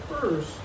first